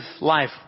life